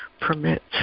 permits